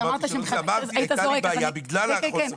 אמרתי, הייתה לי בעיה בגלל חוסר.